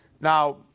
Now